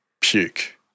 Puke